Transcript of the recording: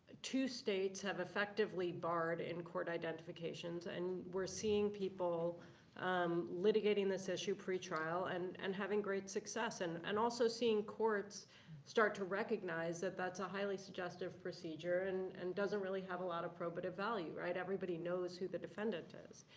two states have effectively barred in-court identifications. and we're seeing people um litigating this issue pretrial and and having great success. and and also seeing courts start to recognize that that's a highly suggestive procedure and and doesn't really have a lot of probative value, right. everybody knows who the defendant is.